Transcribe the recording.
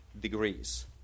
degrees